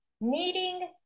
meeting